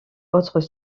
autres